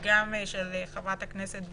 וגם של חברת הכנסת וונש,